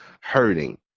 hurting